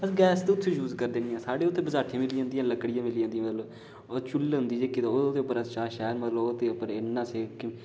अस गैस ते इत्थै जूय करदे नेईं साढ़े उत्थै बस्हाठियां मिली जदियां लकडियां मिली जंदियां मतलब चु'ल्ल होंदी जेह्ड़ी ओह्दे उप्पर चाह् शाह् शैल ओह्दे उप्पर सेक होंदा